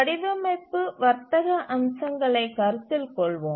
வடிவமைப்பு வர்த்தக அம்சங்களை கருத்தில் கொள்வோம்